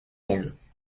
longues